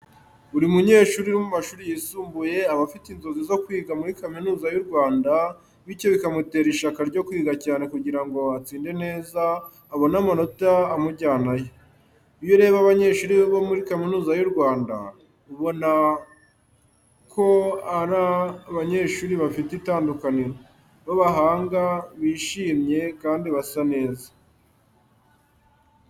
Buri munyeshuri uri mu mashuri yisumbuye aba afite inzozi zo kwiga muri Kaminuza y’u Rwanda, bityo bikamutera ishyaka ryo kwiga cyane kugira ngo atsinde neza abone amanota amujyanayo. Iyo ureba abanyeshuri bo muri Kaminuza y’u Rwanda, ubona ko ari abanyeshuri bafite itandukaniro, b’abahanga, bishimye kandi basa neza.